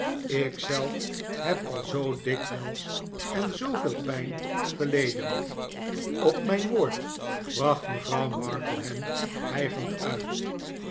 zelf heb al zoo dikwijls en zooveel pijn geleden op mijn woord bracht mevrouw markleham hijgend uit